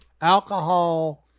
alcohol